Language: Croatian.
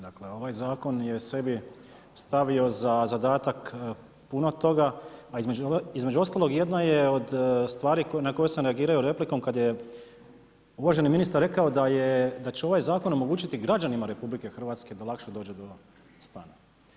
Dakle, ovaj Zakon je sebi stavio za zadatak puno toga, a između ostalog jedna je od stvari na koju sam reagirao replikom kad je uvaženi ministar rekao da će ovaj Zakon omogućiti građanima RH da lakše dođu do stanova.